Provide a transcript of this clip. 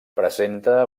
presenta